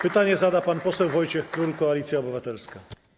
Pytanie zada pan poseł Wojciech Król, Koalicja Obywatelska.